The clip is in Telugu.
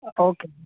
ఓకే